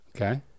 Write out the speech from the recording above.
Okay